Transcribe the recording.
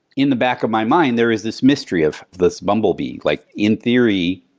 in the back of my mind, there is this mystery of this bumble bee. like in theory,